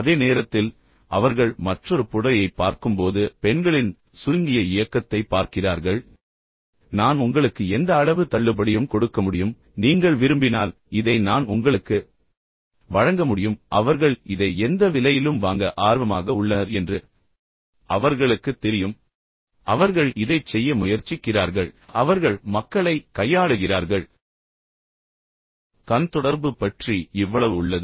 அதே நேரத்தில் அவர்கள் மற்றொரு புடவையைப் பார்க்கும்போது பெண்களின் சுருங்கிய இயக்கத்தைப் பார்க்கிறார்கள் அவர்கள் இதைச் சொல்வார்கள் நான் உங்களுக்கு எந்த அளவு தள்ளுபடியையும் கொடுக்க முடியும் நீங்கள் விரும்பினால் இதை நான் உங்களுக்கு வழங்க முடியும் ஆனால் இது அல்ல ஏனென்றால் அவர்கள் இதை எந்த விலையிலும் வாங்க ஆர்வமாக உள்ளனர் என்று அவர்களுக்குத் தெரியும் எனவே அவர்கள் உண்மையில் இதைச் செய்ய முயற்சிக்கிறார்கள் அவர்கள் மக்களை கையாளுகிறார்கள் கண் தொடர்பு பற்றி இவ்வளவு உள்ளது